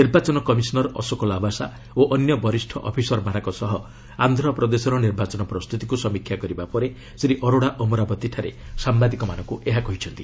ନିର୍ବାଚନ କମିଶନର ଅଶୋକ ଲାବାସା ଓ ଅନ୍ୟ ବରିଷ୍ଣ ଅଫିସରମାନଙ୍କ ସହ ଆନ୍ଧ୍ରପ୍ରଦେଶର ନିର୍ବାଚନ ପ୍ରସ୍ତୁତିକୁ ସମୀକ୍ଷା କରିବା ପରେ ଶ୍ରୀ ଅରୋଡା ଅମରାବତୀଠାରେ ସାମ୍ବାଦିକମାନଙ୍କୁ ଏହା କହିଛନ୍ତି